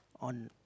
on